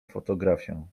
fotografię